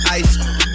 ice